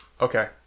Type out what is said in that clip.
Okay